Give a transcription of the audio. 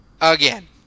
Again